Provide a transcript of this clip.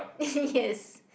yes